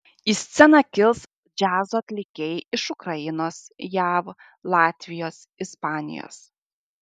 į sceną kils džiazo atlikėjai iš ukrainos jav latvijos ispanijos